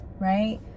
right